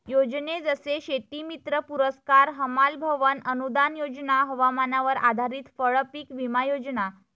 योजने जसे शेतीमित्र पुरस्कार, हमाल भवन अनूदान योजना, हवामानावर आधारित फळपीक विमा योजना